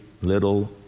little